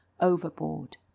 overboard